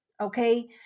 okay